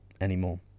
anymore